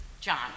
John